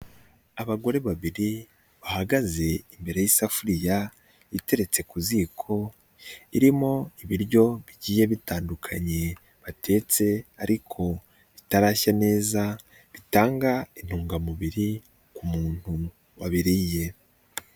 Abagore babiri bahagaze imbere y'isafuriya iteretse ku ziko irimo ibiryo bigiye bitandukanye batetse ariko bitarashya neza bitanga intungamubiri ku muntu wabiriye.